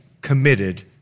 committed